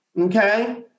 Okay